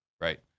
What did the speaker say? right